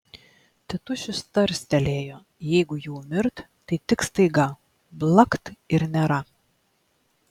tėtušis tarstelėjo jeigu jau mirt tai tik staiga blakt ir nėra